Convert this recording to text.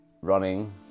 running